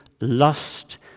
lust